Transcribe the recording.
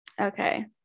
Okay